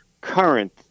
current